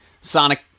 Sonic